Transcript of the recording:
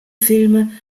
filme